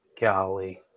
Golly